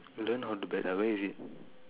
learn how to bet ah where is it